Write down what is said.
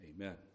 Amen